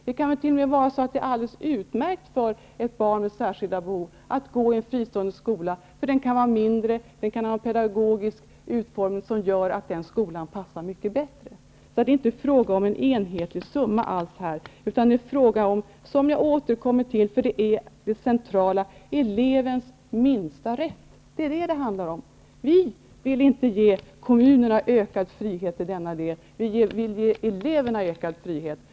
Det kan t.o.m. vara alldeles utmärkt för ett barn med särskilda behov att gå i en fristående skola, då den kan vara mindre och ha en pedagogisk utformning som gör att den skolan passar mycket bättre. Det är inte alls fråga om en enhetlig summa, utan det är fråga om -- som jag återkommer till, därför att det är det centrala -- elevens minsta rätt. Vi vill inte ge kommunerna ökad frihet i denna del. Vi vill ge eleverna ökad frihet.